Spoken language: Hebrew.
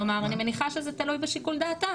כלומר, אני מניחה שזה תלוי בשיקול דעתם.